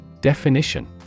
definition